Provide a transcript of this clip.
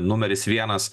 numeris vienas